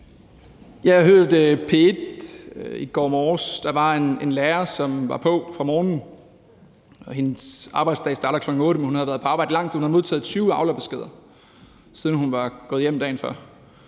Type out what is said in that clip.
Jeg hørte P1 i går morges, hvor der var en lærer, som var på fra morgenstunden. Hendes arbejdsdag startede kl. 8.00, men hun havde været på arbejde lang tid før det, og hun havde modtaget 20 aulabeskeder, siden hun var gået hjem dagen før.